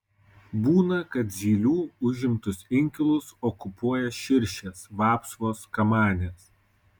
būna kad zylių užimtus inkilus okupuoja širšės vapsvos kamanės